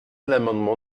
l’amendement